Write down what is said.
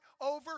over